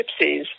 gypsies